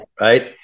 Right